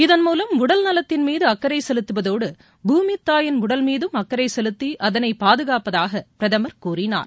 இதன்மூலம் உடல்நலத்தின்மீது அக்கறை செலுத்துவதோடு பூமித்தாயின் உடல்மீதம் அக்கறை செலுத்தி அதனை பாதுகாப்பதாக பிரதமர் கூறினார்